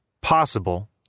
possible